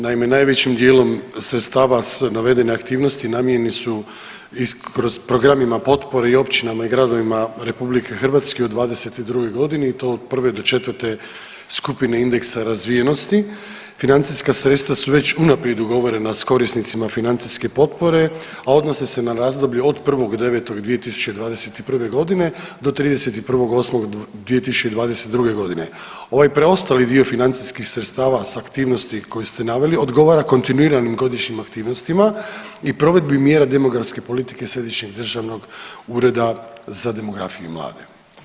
Naime, najvećim dijelom sredstava s navedene aktivnosti namijenjeni su kroz programima potpore i općinama i gradovima RH u '22. g. i to od 1. do 4. skupine indeksa razvijenosti, financijska sredstva su već unaprijed dogovorena s korisnicima financijske potpore, a odnosi se na razdoblje od 1.9.2021. g. do 31.08.2022. g. Ovaj preostali dio financijskih sredstava sa aktivnosti koje ste naveli odgovara kontinuiranim godišnjim aktivnostima i provedbi mjera demografske politike Središnjeg državnog ureda za demografiju i mlade.